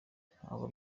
ntabwo